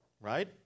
right